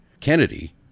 Kennedy